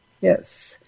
Yes